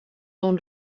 dans